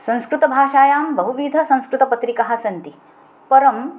संस्कृतभाषायां बहुविधसंस्कृतपत्रिकाः सन्ति परं